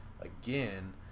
again